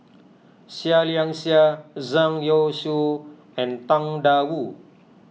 Seah Liang Seah Zhang Youshuo and Tang Da Wu